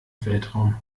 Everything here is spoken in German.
weltraum